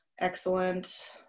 Excellent